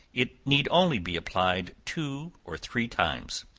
it need only be applied two or three times.